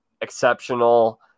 exceptional